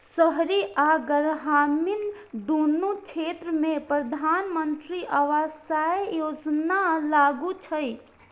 शहरी आ ग्रामीण, दुनू क्षेत्र मे प्रधानमंत्री आवास योजना लागू छै